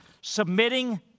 Submitting